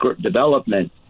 development